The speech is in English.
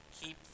Keep